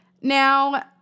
Now